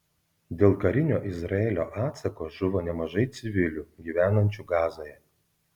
dėl karinio izraelio atsako žuvo nemažai civilių gyvenančių gazoje